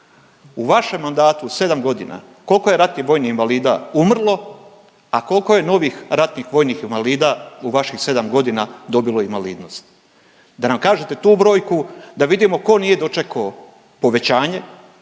U vašem mandatu od 7 godina, koliko je ratnih vojnih invalida umrlo, a koliko je novih ratnih vojnih invalida u vaših 7 godina dobilo invalidnost? Da nam kažete tu brojku, da vidimo tko nije dočekao povećanje,